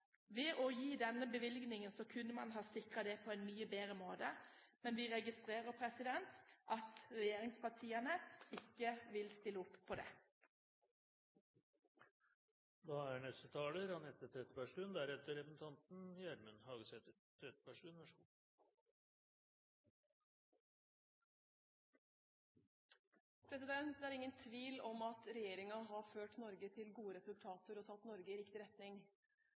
Ved å gi denne bevilgningen kunne man ha sikret det på en mye bedre måte, men vi registrerer at regjeringspartiene ikke vil stille opp på det. Det er ingen tvil om at regjeringen har ført Norge til gode resultater og tatt Norge i riktig retning